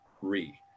re